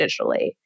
digitally